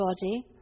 body